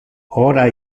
ora